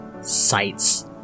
sights